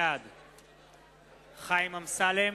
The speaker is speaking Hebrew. בעד חיים אמסלם,